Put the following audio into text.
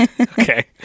Okay